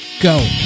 Go